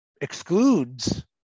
excludes